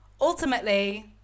Ultimately